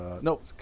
nope